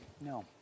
no